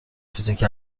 فیزیک